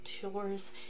tours